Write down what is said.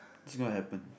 is it gonna happen